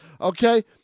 Okay